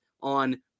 on